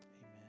Amen